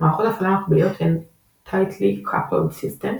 מערכות הפעלה מקביליות הן Tightly coupled systems,